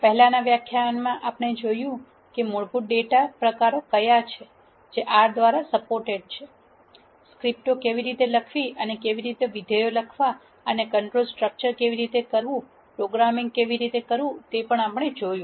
પહેલાનાં વ્યાખ્યાનોમાં આપણે જોયું છે મૂળભૂત ડેટા પ્રકારો કયા છે જે R દ્વારા સપોર્ટેડ છે સ્ક્રિપ્ટો કેવી રીતે લખવી કેવી રીતે વિધેયો લખવા અને કંટ્રોલ સ્ટ્રક્ચર્સ કેવી રીતે કરવું પ્રોગ્રામિંગ કેવી રીતે કરવું અને વગેરે